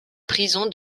prison